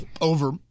over